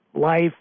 life